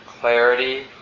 clarity